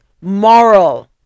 moral